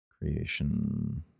Creation